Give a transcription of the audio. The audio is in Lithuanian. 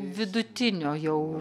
vidutinio jau